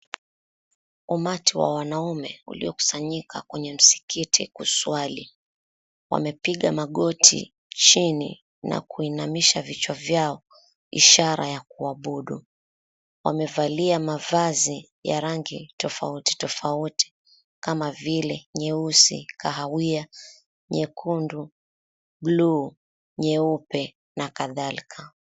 Umati wa wanaume uliokusanyika kwenye mskiti kuswali wamepiga magoti chini na kuinamisha vichwa vyao ishara ya kuabudu. Wamevalia mavazi ya rangi tofauti tofauti kama vile nyeusi, kahawia, nyekundu, nyeupe, bluu na kadhalika.